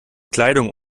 kleidung